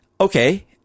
Okay